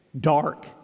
dark